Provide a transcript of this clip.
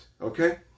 Okay